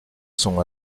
sont